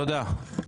תודה.